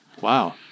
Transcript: Wow